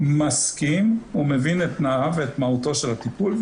מסכים ומבין את תנאיו ואת מהותו של הטיפול,